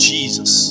Jesus